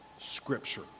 Scripture